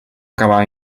acabà